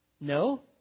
No